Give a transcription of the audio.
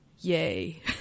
yay